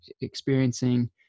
experiencing